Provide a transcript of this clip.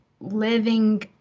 living